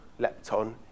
lepton